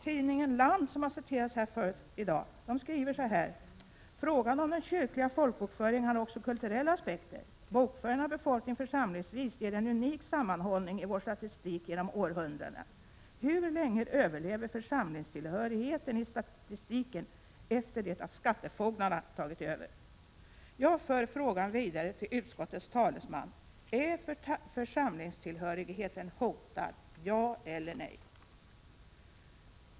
Tidningen Land som har citerats tidigare här i dag skriver: ”Frågan om den kyrkliga folkbokföringen har också kulturella aspekter. Bokföringen av befolkningen församlingsvis ger en unik sammanhållning i vår statistik genom århundradena. Hur länge överlever församlingstillhörigheten i statistiken efter det att skattefogdarna tagit över?” Jag för frågan vidare till utskottets talesman. Är församlingstillhörigheten hotad, ja eller nej?